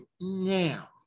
now